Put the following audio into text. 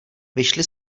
vyšli